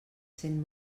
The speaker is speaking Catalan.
sent